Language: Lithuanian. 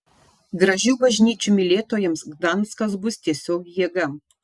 gražių bažnyčių mylėtojams gdanskas bus tiesiog jėga